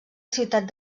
ciutat